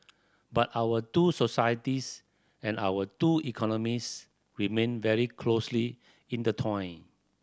but our two societies and our two economies remained very closely intertwined